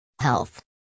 Health